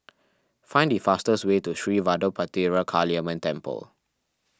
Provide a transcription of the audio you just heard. find the fastest way to Sri Vadapathira Kaliamman Temple